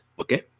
Okay